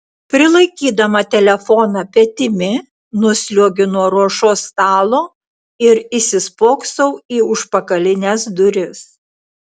prilaikydama telefoną petimi nusliuogiu nuo ruošos stalo ir įsispoksau į užpakalines duris